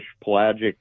pelagic